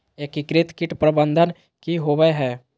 एकीकृत कीट प्रबंधन की होवय हैय?